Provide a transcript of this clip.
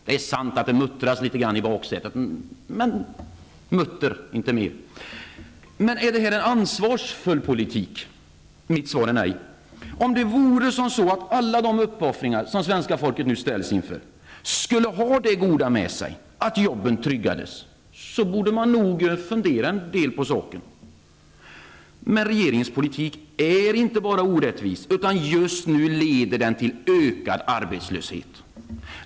Det är sant att det muttras litet grand i baksätet, men det blir inte mer än mutter. Är detta en ansvarsfull politik? Mitt svar är nej. Om det vore så att alla uppoffringar som svenska folket nu ställs inför skulle ha det goda med sig att jobben tryggades, så borde man nog fundera på saken. Men regeringens politik är inte bara orättvis, utan leder just nu till ökad arbetslöshet.